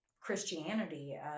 Christianity